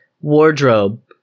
wardrobe